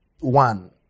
one